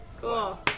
Cool